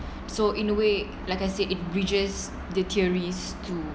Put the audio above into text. so in a way like I say it bridges the theories to